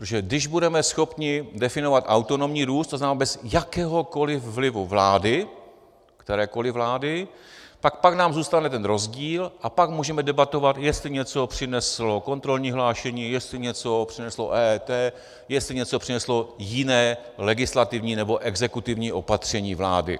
Protože když budeme schopni definovat autonomní růst, to znamená bez jakéhokoliv vlivu vlády, kterékoliv vlády, tak pak nám zůstane ten rozdíl a pak můžeme debatovat, jestli něco přineslo kontrolní hlášení, jestli něco přineslo EET, jestli něco přineslo jiné legislativní nebo exekutivní opatření vlády.